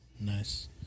Nice